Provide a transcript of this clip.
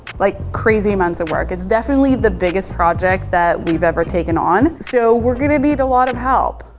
like crazy months of work. it's definitely the biggest project that we've ever taken on, so we're gonna need a lot of help.